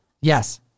Yes